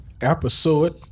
episode